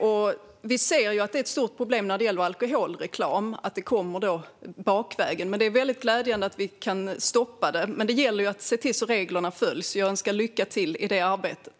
Vad gäller alkoholreklam är det ju ett stort problem att den kommer in bakvägen, så det är glädjande att vi kan stoppa spelreklamen. Nu gäller det bara att reglerna följs, så jag önskar lycka till i det arbetet.